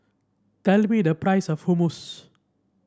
tell me the price of Hummus